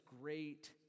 great